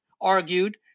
argued